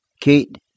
Kate